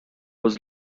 was